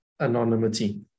anonymity